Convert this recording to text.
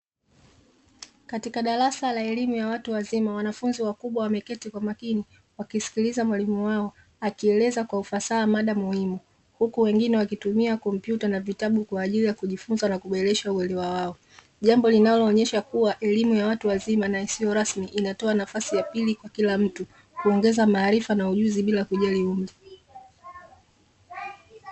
Katika darasa la elimu ya watu wazima wanafunzi wakubwa wameketi kwa makini wakisikiliza mwalimu wao akieleza kwa ufasaha mada muhimu huku wengine wakitumia kompyuta na vitabu kwa ajili ya kujifunza na kuboresha mwili wao jambo linaloonyesha kuwa elimu ya watu wazima na isiyo rasmi inatoa nafasi ya pili kila mtu kuongeza maarifa na ujuzi bila kujali umri.